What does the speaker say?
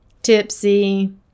tipsy